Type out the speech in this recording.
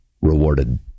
rewarded